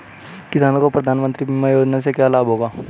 किसानों को प्रधानमंत्री बीमा योजना से क्या लाभ होगा?